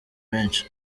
benshi